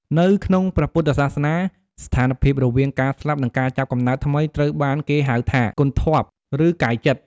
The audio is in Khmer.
នៅក្នុងព្រះពុទ្ធសាសនា ស្ថានភាពរវាងការស្លាប់និងការចាប់កំណើតថ្មីត្រូវបានគេហៅថា គន្ធព្វ(គន់-ធាប់)ឬកាយចិត្ត។